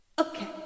Okay